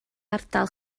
ardal